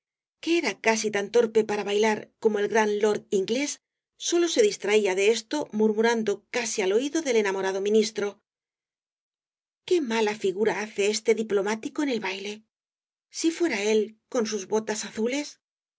que era casi tan torpe para bailar como el gran lord inglés sólo se distraía de esto murmurando casi al oído del enamorado ministro qué mala figura hace este diplomático en el baile si fuera él con sus botas azules